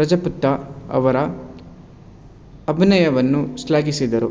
ರಜಪೂತ ಅವರ ಅಭಿನಯವನ್ನು ಶ್ಲಾಘಿಸಿದರು